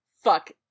Fuck